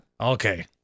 Okay